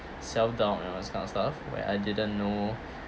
self-doubt and all that kind of stuff where I didn't know